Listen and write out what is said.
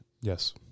Yes